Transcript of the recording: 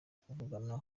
kuvugana